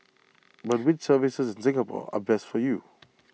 but which services in Singapore are best for you